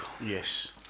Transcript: Yes